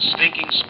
Stinking